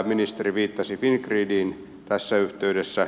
ministeri viittasi fingridiin tässä yhteydessä